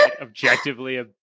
Objectively